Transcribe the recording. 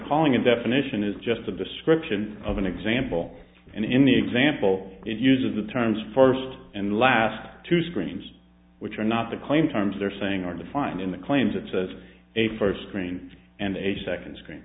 calling a definition is just a description of an example and in the example it uses the terms first and last two screens which are not the claim terms they're saying are defined in the claims it says a first screen and a second screen